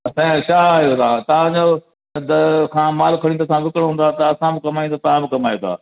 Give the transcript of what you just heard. असांखे छा आहे असांजो हद खां माल त खणणु चालू हूंदो आहे त सां बि कमायूं तव्हां बि कमायो था